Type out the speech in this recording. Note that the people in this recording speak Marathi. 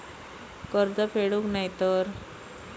कर्ज फेडूक नाय तर?